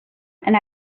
and